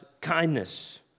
kindness